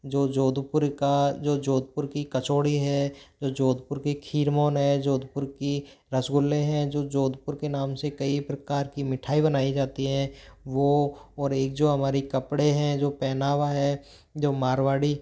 जो जोधपुर का जो जोधपुर की कचौड़ी है जो जोधपुर की खीर मोहन है जोधपुर के रसगुल्ले हैं जो जोधपुर के नाम से कई प्रकार की मिठाई बनाई जाती हैं वो और एक जो हमारे कपड़े हैं जो पहनावा है जो मारवाड़ी